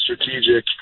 strategic